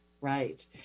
right